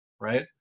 Right